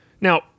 Now